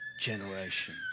generation